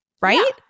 Right